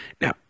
Now